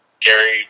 Gary